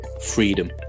freedom